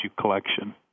collection